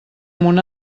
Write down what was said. mon